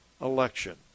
election